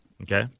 Okay